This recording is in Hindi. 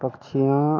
पक्षियाँ